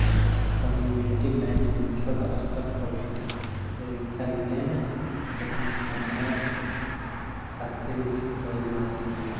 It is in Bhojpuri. कम्युनिटी बैंक में छोट स्तर पर भी रिंका लेन देन कम समय खातिर भी कईल जा सकेला